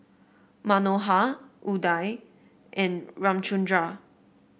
Manohar Udai and Ramchundra